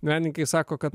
menininkai sako kad